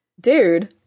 Dude